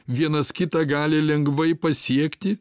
vienas kitą gali lengvai pasiekti